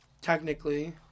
technically